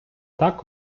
так